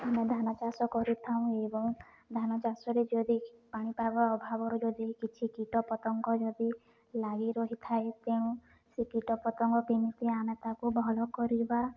ଆମେ ଧାନ ଚାଷ କରିଥାଉଁ ଏବଂ ଧାନ ଚାଷରେ ଯଦି ପାଣିପାଗ ଅଭାବରୁ ଯଦି କିଛି କୀଟପତଙ୍ଗ ଯଦି ଲାଗି ରହିଥାଏ ତେଣୁ ସେ କୀଟପତଙ୍ଗ କେମିତି ଆମେ ତାକୁ ଭଲ କରିବା